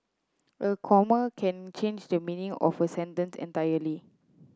a comma can change the meaning of a sentence entirely